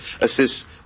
assist